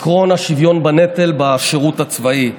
עקרון השוויון בנטל בשירות הצבאי.